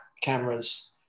cameras